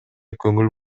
көңүл